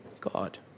God